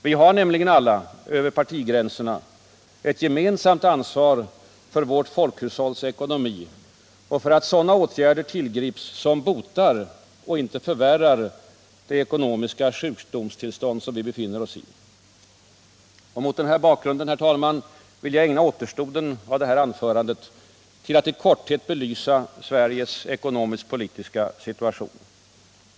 Vi har alla — över partigränserna — ett gemensamt ansvar för vårt folkhushålls ekonomi och för att sådana åtgärder tillgrips som botar och inte förvärrar det ekonomiska sjukdomstillstånd som vi befinner oss i. Mot den bakgrunden, herr talman, vill jag ägna återstoden av det här anförandet till att i korthet belysa Sveriges ekonomisk-politiska situation.